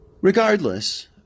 Regardless